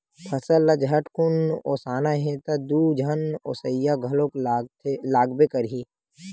फसल ल झटकुन ओसाना हे त दू झन ओसइया घलोक लागबे करही